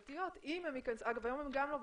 יש לנו את ממשל זמין שרוב משרדי הממשלה או כולם,